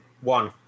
One